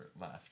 left